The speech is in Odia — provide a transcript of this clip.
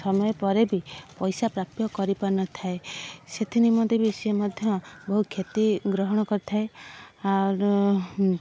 ସମୟ ପରେ ବି ପଇସା ପ୍ରାପ୍ୟ କରିପାରିନଥାଏ ସେଥି ନିମନ୍ତେ ବି ସିଏ ମଧ୍ୟ ବହୁ କ୍ଷତି ଗ୍ରହଣ କରିଥାଏ